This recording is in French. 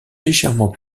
légèrement